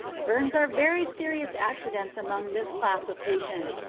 burns are very serious accidents among this class of patients,